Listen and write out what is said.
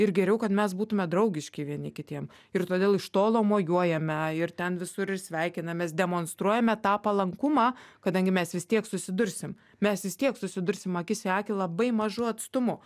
ir geriau kad mes būtume draugiški vieni kitiem ir todėl iš tolo mojuojame ir ten visur ir sveikinamės demonstruojame tą palankumą kadangi mes vis tiek susidursim mes vis tiek susidursim akis į akį labai mažu atstumu